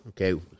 okay